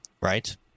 Right